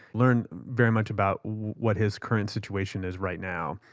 learned very much about what his current situation is right now.